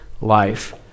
life